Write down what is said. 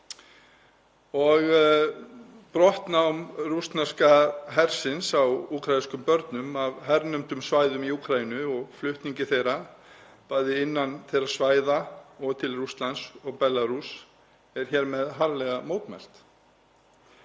Brottnám rússneska hersins á úkraínskum börnum af hernumdum svæðum í Úkraínu og flutningi þeirra, bæði innan þeirra svæða og til Rússlands og Belarúss, er hér með harðlega mótmælt.